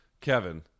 Kevin